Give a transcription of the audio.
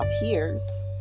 appears